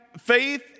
faith